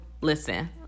listen